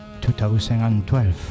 2012